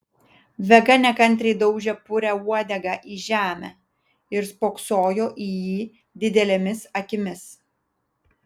vega nekantriai daužė purią uodegą į žemę ir spoksojo į jį didelėmis akimis